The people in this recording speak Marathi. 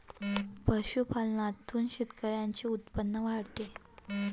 पशुपालनातून शेतकऱ्यांचे उत्पन्न वाढते